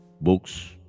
books